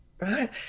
Right